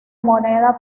moneda